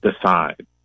decide